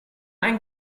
ein